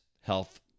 health